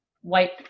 white